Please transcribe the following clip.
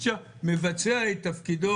והאופוזיציה טענה שבקונסטלציה